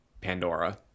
pandora